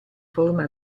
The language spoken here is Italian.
forma